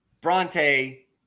Bronte